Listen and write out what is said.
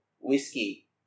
whiskey